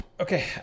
okay